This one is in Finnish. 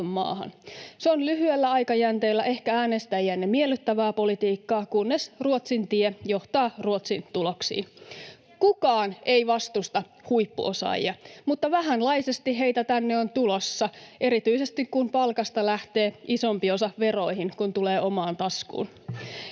Se on lyhyellä aikajänteellä ehkä äänestäjiänne miellyttävää politiikkaa, kunnes Ruotsin tie johtaa Ruotsin tuloksiin. Kukaan ei vastusta huippuosaajia, mutta vähänlaisesti heitä tänne on tulossa, erityisesti kun palkasta lähtee isompi osa veroihin kuin tulee omaan taskuun.